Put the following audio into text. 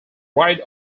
rite